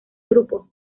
grupo